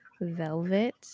velvet